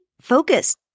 focus